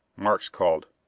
markes called,